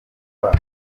wabo